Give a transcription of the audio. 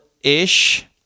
ish